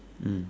mm